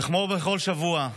כמו בכל שבוע,